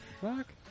fuck